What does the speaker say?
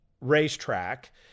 racetrack